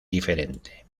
diferente